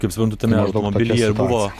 kaip suprantu tame automobilyje ir buvo